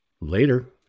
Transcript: Later